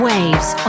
Waves